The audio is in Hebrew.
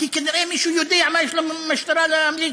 כי כנראה מישהו יודע מה יש למשטרה להמליץ,